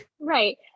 Right